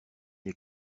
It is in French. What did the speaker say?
les